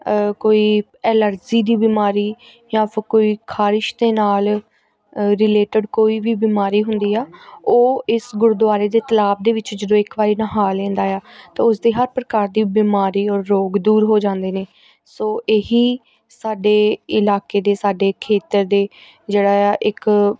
ਕੋਈ ਐਲਰਜੀ ਦੀ ਬਿਮਾਰੀ ਜਾਂ ਫਿਰ ਕੋਈ ਖਾਰਿਸ਼ ਦੇ ਨਾਲ ਰਿਲੇਟਡ ਕੋਈ ਵੀ ਬਿਮਾਰੀ ਹੁੰਦੀ ਆ ਉਹ ਇਸ ਗੁਰਦੁਆਰੇ ਦੇ ਤਲਾਅ ਦੇ ਵਿੱਚ ਜਦੋਂ ਇੱਕ ਵਾਰ ਨਹਾ ਲੈਂਦਾ ਆ ਤਾਂ ਉਸਦੀ ਹਰ ਪ੍ਰਕਾਰ ਦੀ ਬਿਮਾਰੀ ਔਰ ਰੋਗ ਦੂਰ ਹੋ ਜਾਂਦੇ ਨੇ ਸੋ ਇਹ ਹੀ ਸਾਡੇ ਇਲਾਕੇ ਦੇ ਸਾਡੇ ਖੇਤਰ ਦੇ ਜਿਹੜਾ ਆ ਇੱਕ